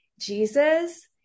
Jesus